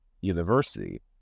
university